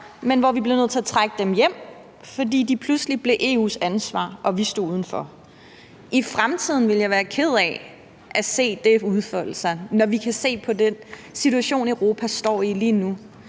men hvor vi blev nødt til at trække dem hjem, fordi de pludselig blev EU's ansvar – og vi stod udenfor. I fremtiden ville jeg være ked af at se det udfolde sig, når vi kan se på den situation, Europa står i lige nu.